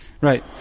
Right